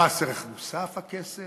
במס ערך מוסף הכסף?